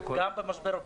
כן.